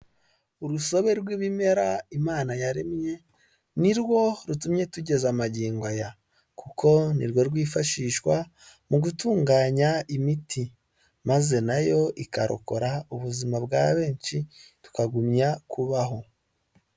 Urusobe rw'ibimera imana yaremye, ni rwo rutumye tugeza magingo aya. Kuko ni rwo rwifashishwa mu gutunganya imiti. Maze nayo ikarokora ubuzima bwa benshi tukagumya kubaho.